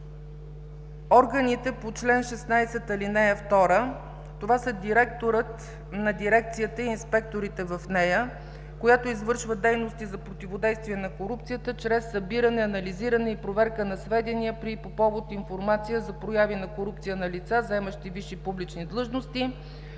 Органите по чл. 16, ал. 2 – това са директорът на дирекцията и инспекторите в нея, която извършва дейности за противодействие на корупцията чрез събиране, анализиране и проверка на сведения при и по повод информация за прояви на корупция на лица, заемащи висши публични длъжности.